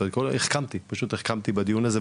החכמתי בדיון הזה.